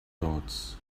dots